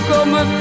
Come